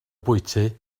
bwyty